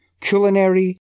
Culinary